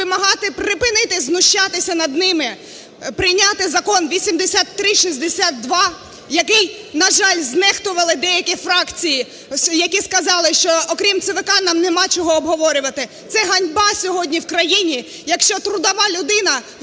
вимагати припинити знущатися над ними, прийняти Закон 8362, який, на жаль, знехтували деякі фракції, які сказали, що, окрім ЦВК, нам немає чого обговорювати. Це ганьба сьогодні в країні, якщо трудова людина вимагає